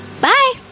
Bye